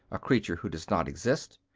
a creature who does not exist.